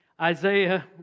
Isaiah